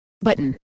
button